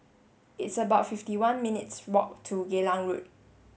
it's about fifty one minutes' walk to Geylang Road